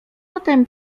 potem